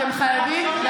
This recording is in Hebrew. אתם חייבים,